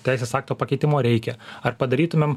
teisės akto pakeitimo reikia ar padarytumėm